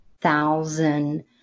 thousand